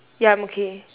ya I'm okay